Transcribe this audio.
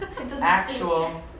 actual